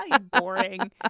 boring